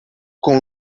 com